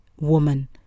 woman